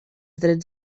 drets